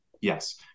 Yes